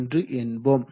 001 என்போம்